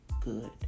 good